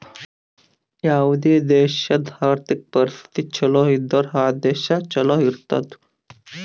ಯಾವುದೇ ದೇಶಾದು ಆರ್ಥಿಕ್ ಪರಿಸ್ಥಿತಿ ಛಲೋ ಇದ್ದುರ್ ಆ ದೇಶಾ ಛಲೋ ಇರ್ತುದ್